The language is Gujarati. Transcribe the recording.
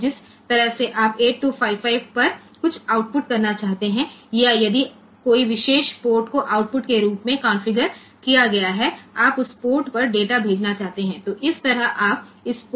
તે રીતે આપણે 8255 પર કંઈક આઉટપુટ કરવા માંગીએ છીએ અથવા જો કોઈ ચોક્કસ પોર્ટ કન્ફિગ્યુર કરેલ હોય તો આઉટપુટ તરીકે આપણે તે પોર્ટ પર ડેટા મોકલવા માંગીએ છીએ